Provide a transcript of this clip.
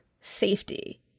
safety